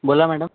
बोला मॅडम